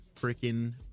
freaking